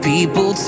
People